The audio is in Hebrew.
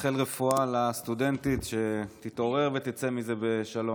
נאחל רפואה לסטודנטית, שתתעורר ותצא מזה בשלום.